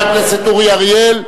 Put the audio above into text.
חבר הכנסת אורי אריאל,